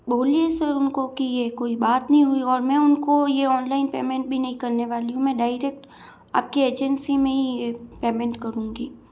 बोलिए सर उन को कि ये कोई बात नहीं हुई और मैं उन को ये ऑनलाइन पेमेंट भी नहीं करने वाली हूँ मैं डायरेक्ट आप की एजेंसी में ही ये पेमेंट करूँगी